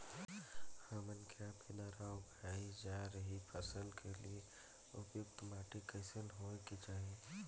हमन के आपके द्वारा उगाई जा रही फसल के लिए उपयुक्त माटी कईसन होय के चाहीं?